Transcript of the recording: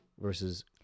versus